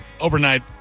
overnight